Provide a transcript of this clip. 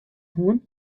hân